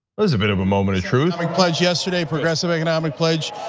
was a bit of a moment of truth. like pledge yesterday, progressive economic pledge,